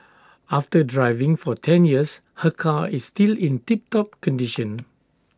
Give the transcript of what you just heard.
after driving for ten years her car is still in tip top condition